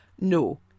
No